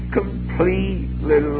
completely